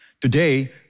Today